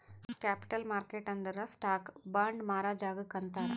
capital market ಅಂದುರ್ stock, bond ಮಾರಾ ಜಾಗಾಕ್ ಅಂತಾರ್